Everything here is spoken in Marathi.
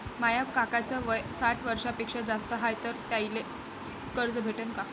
माया काकाच वय साठ वर्षांपेक्षा जास्त हाय तर त्याइले कर्ज भेटन का?